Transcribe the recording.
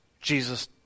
Jesus